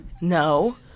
no